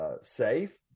safe